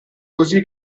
così